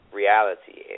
reality